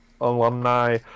alumni